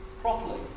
properly